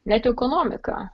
net ekonomika